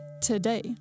today